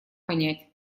понять